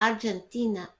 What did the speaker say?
argentina